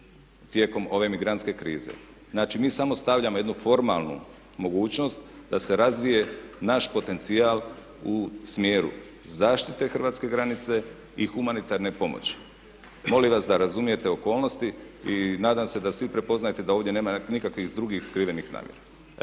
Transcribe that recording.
tijekom ove migrantske krize. Znači mi samo stavljamo jednu formalnu mogućnost da se razvije naš potencijal u smjeru zaštite hrvatske granice i humanitarne pomoći. Molim vas da razumijete okolnosti i nadam se da svi prepoznajete da ovdje nema nikakvih drugih skrivenih namjera.